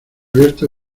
abierta